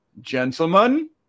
Gentlemen